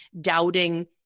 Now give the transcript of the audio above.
doubting